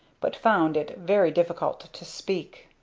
but found it very difficult to speak.